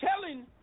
telling